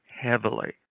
heavily